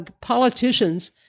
politicians